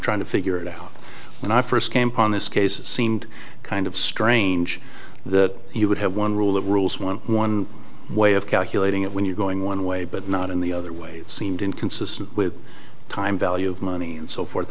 trying to figure it out when i first came upon this case it seemed kind of strange that he would have one rule of rules one one way of calculating it when you going one way but not in the other way it seemed inconsistent with time value of money and so forth